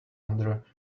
under